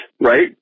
right